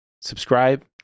subscribe